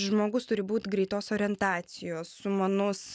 žmogus turi būt greitos orientacijos sumanus